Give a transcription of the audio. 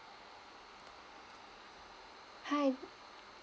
hi